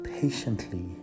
patiently